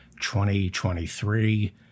2023